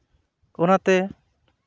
ᱚᱱᱟᱛᱮ